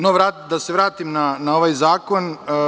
No, da se vratim na zakon.